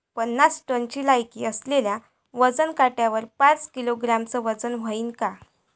पन्नास टनची लायकी असलेल्या वजन काट्यावर पाच किलोग्रॅमचं वजन व्हईन का?